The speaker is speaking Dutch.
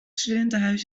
studentenhuis